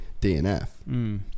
DNF